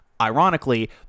Ironically